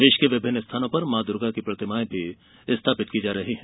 प्रदेश के विभिन्न स्थानों पर मां दुर्गा की प्रतिमाएं भी स्थापित की जा रही हैं